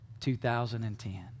2010